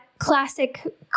classic